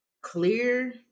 clear